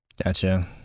Gotcha